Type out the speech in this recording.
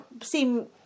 seem